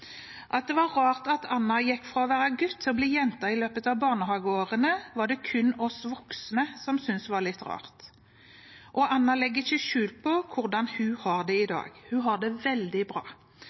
At det var rart at Anna gikk fra å være gutt til å bli jente i løpet av barnehageårene, var det kun vi voksne som syntes. Anna legger ikke skjul på hvordan hun har det i dag. Hun har det veldig bra